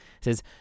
says